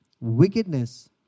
wickedness